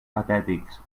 patètics